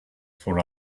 for